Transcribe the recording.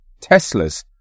Teslas